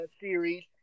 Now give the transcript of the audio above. series